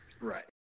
Right